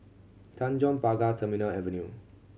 Tanjong Pagar Terminal Avenue